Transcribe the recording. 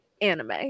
anime